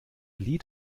lied